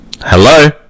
Hello